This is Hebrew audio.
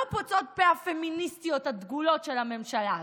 לא פוצות פה הפמיניסטיות הדגולות של הממשלה הזאת,